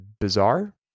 bizarre